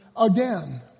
again